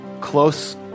close